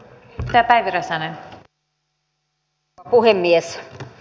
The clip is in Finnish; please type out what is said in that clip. arvoisa rouva puhemies